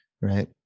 Right